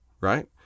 right